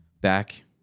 back